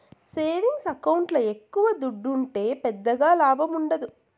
savings ఎకౌంట్ల ఎక్కవ దుడ్డుంటే పెద్దగా లాభముండదు